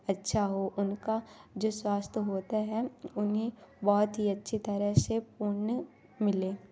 अच्छा हो उनका जो स्वास्थय होता है उन्हें बहुत ही अच्छे तरह से पुण्य मिले